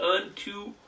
unto